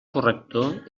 corrector